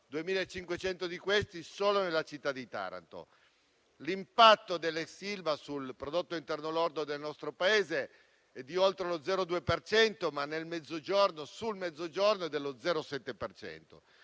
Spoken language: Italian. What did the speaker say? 2.500 di questi solo nella città di Taranto. L'impatto dell'ex Ilva sul prodotto interno lordo del nostro Paese è di oltre lo 0,2 per cento, ma su quello del Mezzogiorno è dello 0,7